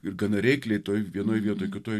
ir gana reikliai toje vienoje vietoje kitoje